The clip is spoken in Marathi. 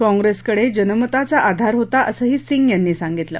काँग्रेसकडे जनमताचा आधार होता असंही सिंग यांनी सांगितलं